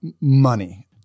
money